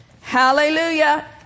Hallelujah